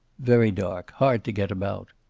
very dark. hard to get about.